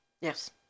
Yes